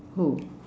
who